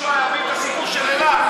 שלושה ימים לוועדת הפנים את הסיפור של אילת.